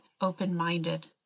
open-minded